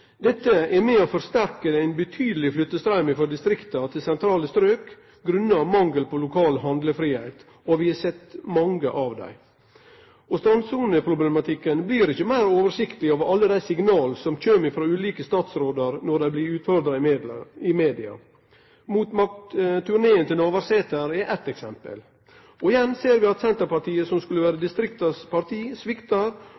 Dette er med på å forsterke ein monaleg flyttestraum frå distrikta til sentrale strøk, grunna mangel på lokal handlefridom, og vi har sett mange av dei. Strandsoneproblematikken blir ikkje meir oversiktleg av alle dei signala som kjem frå dei ulike statsrådane når dei blir utfordra i media. Motmaktturneen til Navarsete er eit eksempel. Og igjen ser vi at Senterpartiet, som skulle vere